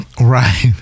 right